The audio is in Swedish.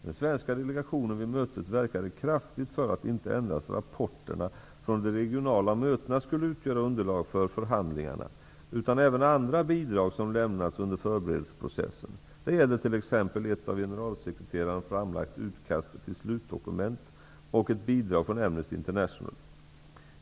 Den svenska delegationen vid mötet verkade kraftigt för att inte endast rapporterna från de regionala mötena skulle utgöra underlag för förhandlingarna utan även andra bidrag som lämnats under förberedelseprocessen. Det gällde t.ex. ett av generalsekreteraren framlagt utkast till slutdokument och ett bidrag från Amnesty International.